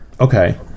okay